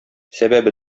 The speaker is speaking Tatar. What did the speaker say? сәбәбе